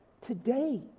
today